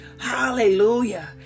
Hallelujah